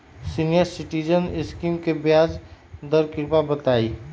senior citizen scheme के ब्याज दर कृपया बताईं